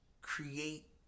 create